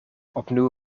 opnieuw